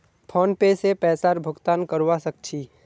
PhonePe से पैसार भुगतान करवा सकछी